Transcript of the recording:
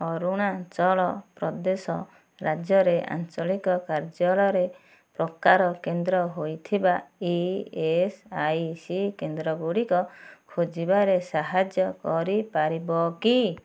ଅରୁଣାଚଳ ପ୍ରଦେଶ ରାଜ୍ୟରେ ଆଞ୍ଚଳିକ କାର୍ଯ୍ୟାଳୟ ପ୍ରକାର କେନ୍ଦ୍ର ହୋଇଥିବା ଇଏସ୍ଆଇସି କେନ୍ଦ୍ରଗୁଡ଼ିକ ଖୋଜିବାରେ ସାହାଯ୍ୟ କରିପାରିବ କି